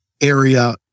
area